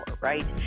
right